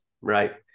Right